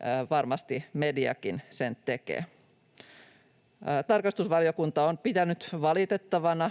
ja varmasti mediakin sen tekee. Tarkastusvaliokunta on pitänyt valitettavana